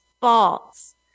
false